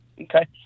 Okay